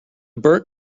burnt